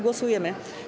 Głosujemy.